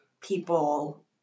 people